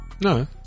No